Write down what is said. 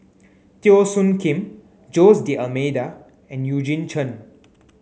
Teo Soon Kim Jose D'almeida and Eugene Chen